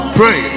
pray